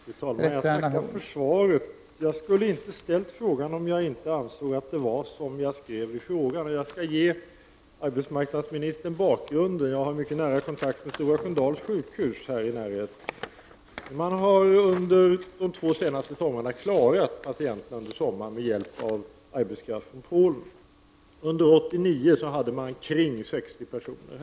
Fru talman! Jag tackar för svaret. Jag skulle inte ha ställt frågan om jag inte ansåg att situationen är såsom den beskrivs i frågan. Jag skall ge arbetsmarknadsministern en bakgrund. Jag har nära kontakt med Stora Sköndals sjukhus. Under de två senaste somrarna har vården av patienterna klarats med hjälp av arbetskraft från Polen. Under 1989 hade man ungefär 60 personer.